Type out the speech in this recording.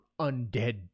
undead